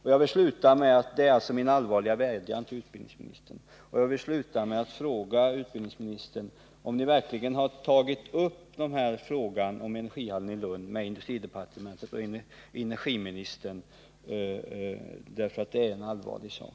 Jag tycker detta är en ytterst allvarlig sak, och jag vill sluta med att fråga utbildningsministern om man inom utbildningsdepartementet verkligen har tagit upp frågan om energihallen i Lund med industridepartementet och med energiministern.